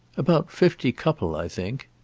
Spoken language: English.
about fifty couple, i think.